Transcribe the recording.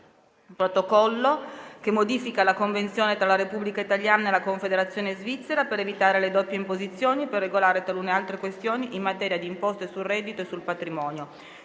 Protocollo che modifica la Convenzione tra la Repubblica italiana e la Confederazione svizzera per evitare le doppie imposizioni e per regolare talune altre questioni in materia di imposte sul reddito e sul patrimonio,